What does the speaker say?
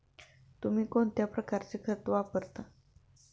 तुम्ही कोणत्या प्रकारचे खत वापरता?